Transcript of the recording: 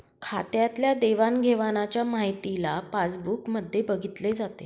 खात्यातल्या देवाणघेवाणच्या माहितीला पासबुक मध्ये बघितले जाते